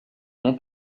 mon